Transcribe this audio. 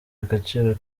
agaciro